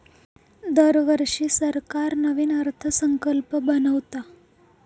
दरवर्षी सरकार नवीन अर्थसंकल्प बनवता